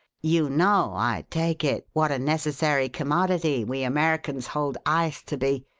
you know, i take it, what a necessary commodity we americans hold ice to be.